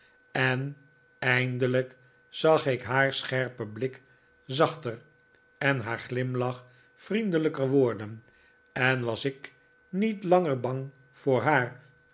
en eindelijk zag ik haar scherpen blik zachter en haar glimlach vriendelijker worden en was ik niet langer bang voor haar